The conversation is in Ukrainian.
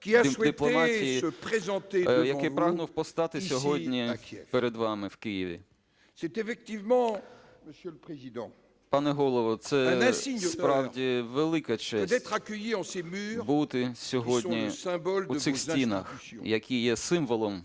який прагнув постати сьогодні перед вами в Києві. Пане Голово, це справді велика честь бути сьогодні в цих стінах, які є символом